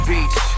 Beach